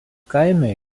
kaime